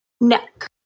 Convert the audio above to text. Neck